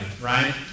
right